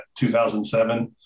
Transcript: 2007